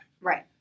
Right